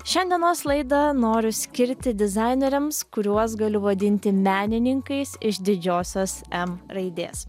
šiandienos laidą noriu skirti dizaineriams kuriuos galiu vadinti menininkais iš didžiosios m raidės